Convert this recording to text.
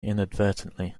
inadvertently